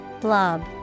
Blob